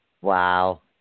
Wow